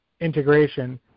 integration